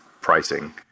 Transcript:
pricing